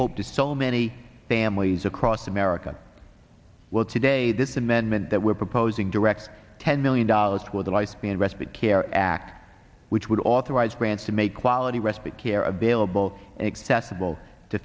hope to so many families across america well today this amendment that we're proposing direct ten million dollars for the lifespan respite care act which would authorize grants to make quality respite care available and accessible to